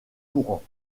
courant